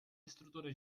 estrutura